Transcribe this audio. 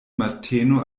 mateno